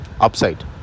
upside